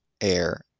air